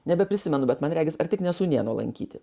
nebeprisimenu bet man regis ar tik ne sūnėno lankyti